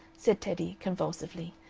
said teddy, convulsively,